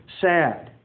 sad